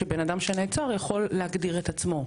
שבן אדן שנעצר יכול להגדיר את עצמו,